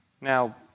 Now